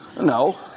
No